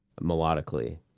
melodically